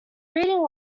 reading